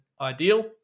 ideal